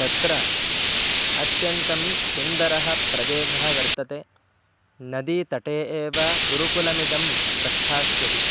तत्र अत्यन्तं सुन्दरः प्रदेशः वर्तते नदीतटे एव गुरुकुलमिदं प्रस्थास्यति